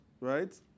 right